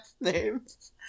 names